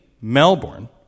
Melbourne